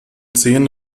zehn